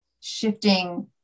shifting